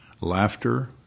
laughter